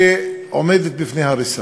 שעומדת בפני הריסה,